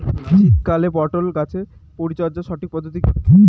শীতকালে পটল গাছ পরিচর্যার সঠিক পদ্ধতি কী?